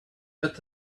what